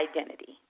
identity